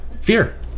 Fear